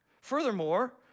Furthermore